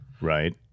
Right